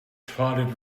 trotted